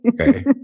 okay